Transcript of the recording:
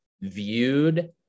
viewed